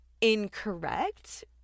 incorrect